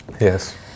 Yes